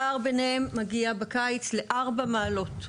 הפער ביניהן מגיע בקיץ לארבע מעלות.